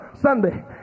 Sunday